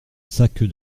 sac